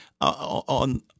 on